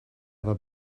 efo